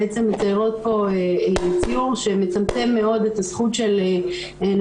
בעצם מייצרות פה ציור שמצמצם מאוד את הזכות של נשים